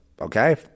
okay